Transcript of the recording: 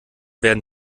werden